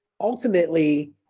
ultimately